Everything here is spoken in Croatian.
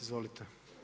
Izvolite.